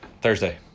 Thursday